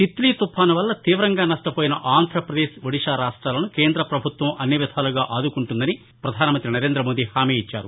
తిత్లీ తుపాను వల్ల తీవంగా నష్లపోయిన ఆంధ్రప్రదేశ్ ఒదిషా రాష్టాలను కేంద పభుత్వం అన్ని విధాలుగా ఆదుకుంటుందని పధాన మంతి నరేందమోదీ హామీఇచ్చారు